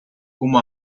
como